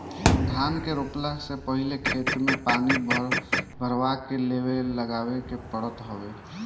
धान के रोपला से पहिले खेत में पानी भरवा के लेव लगावे के पड़त हवे